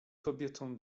kobietom